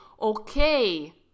okay